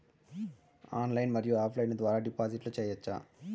Online మరియు offline ద్వారా డిపాజిట్లు సేయొచ్చా?